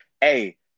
hey